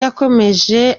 yakomeje